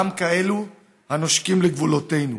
גם כאלו הנושקים לגבולותינו,